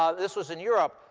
um this was in europe.